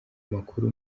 makuru